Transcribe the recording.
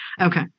okay